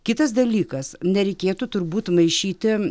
kitas dalykas nereikėtų turbūt maišyti